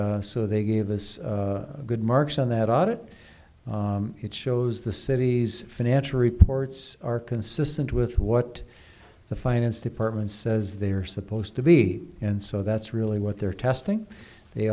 so they gave this good marks on that audit it shows the city's financial reports are consistent with what the finance department says they are supposed to be and so that's really what they're testing they